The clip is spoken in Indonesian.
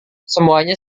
semuanya